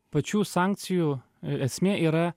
pačių sankcijų esmė yra